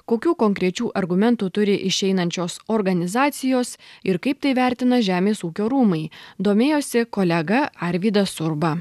kokių konkrečių argumentų turi išeinančios organizacijos ir kaip tai vertina žemės ūkio rūmai domėjosi kolega arvydas urba